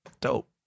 dope